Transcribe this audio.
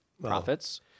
profits